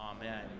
Amen